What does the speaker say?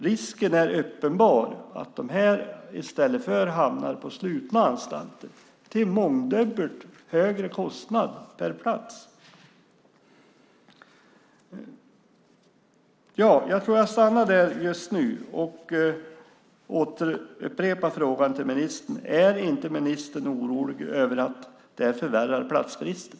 Risken är uppenbar att dessa i stället hamnar på slutna anstalter till en mångdubbelt högre kostnad per plats. Jag upprepar frågan till ministern: Är inte ministern orolig för att detta förvärrar platsbristen?